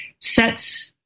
sets